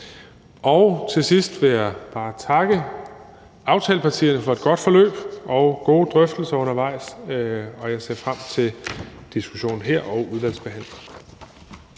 Til sidst vil jeg bare takke aftalepartierne for et godt forløb og gode drøftelser undervejs, og jeg ser frem til diskussionen her og udvalgsbehandlingen.